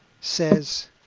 says